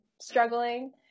struggling